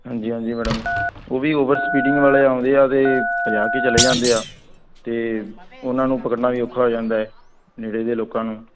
ਹਾਂਜੀ ਹਾਂਜੀ ਮੈਡਮ ਉਹ ਵੀ ਓਵਰਸਪੀਡਿੰਗ ਵਾਲੇ ਆਉਂਦੇ ਆ ਅਤੇ ਭਜਾ ਕੇ ਚਲੇ ਜਾਂਦੇ ਆ ਅਤੇ ਉਹਨਾਂ ਨੂੰ ਪਕੜਨਾ ਵੀ ਔਖਾ ਹੋ ਜਾਂਦਾ ਹੈ ਨੇੜੇ ਦੇ ਲੋਕਾਂ ਨੂੰ